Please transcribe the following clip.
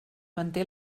manté